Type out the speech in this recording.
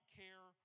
care